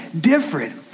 different